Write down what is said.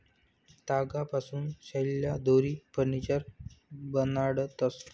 तागपासून थैल्या, दोरी, फर्निचर बनाडतंस